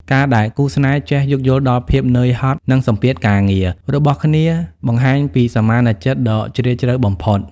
ការដែលគូស្នេហ៍ចេះ "យោគយល់ដល់ភាពហត់នឿយ និងសម្ពាធការងារ" របស់គ្នា បង្ហាញពីសមានចិត្តដ៏ជ្រាលជ្រៅបំផុត។